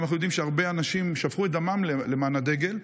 אנחנו גם יודעים שהרבה אנשים שפכו את דמם למען הדגל.